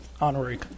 honorary